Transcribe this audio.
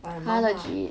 but ya mah mah